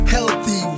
Healthy